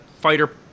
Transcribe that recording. fighter